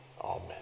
Amen